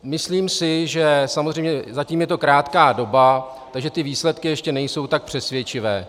Myslím si, že samozřejmě je to zatím krátká doba, takže ty výsledky ještě nejsou tak přesvědčivé.